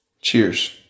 Cheers